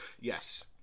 Yes